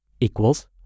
equals